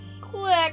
Click